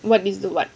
what is the what